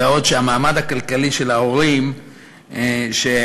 בעוד שהמעמד הכלכלי של ההורים שילדיהם